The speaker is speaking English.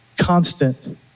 constant